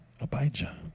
Abijah